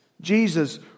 Jesus